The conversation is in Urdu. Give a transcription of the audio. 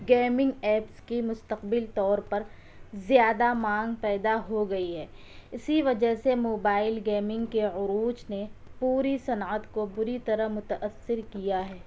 گیمنگ ایپس کی مستقبل طور پر زیادہ مانگ پیدا ہو گئی ہے اسی وجہ سے موبائل گیمنگ کے عروج نے پوری صنعت کو بری طرح متاثر کیا ہے